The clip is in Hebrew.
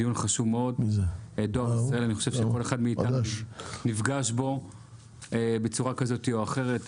אני חושב שכל אחד מאיתנו נפגש בדואר ישראל בצורה כזאת או אחרת,